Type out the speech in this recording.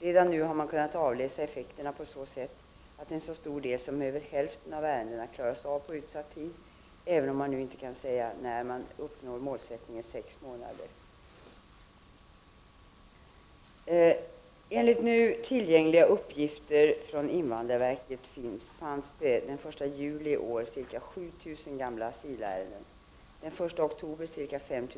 Redan nu har man kunnat avläsa effekterna på så sätt att en så stor del som över hälften av ärendena klaras av på utsatt tid även om man nu inte kan säga när målsättningen på sex månader kan uppnås. Enligt nu tillgängliga uppgifter från invandrarverket fanns det den 1 juli i år ca 7 000 gamla asylärenden, den 1 oktober ca 5